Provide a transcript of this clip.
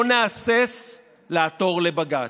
לא נהסס לעתור לבג"ץ.